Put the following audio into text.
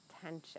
tension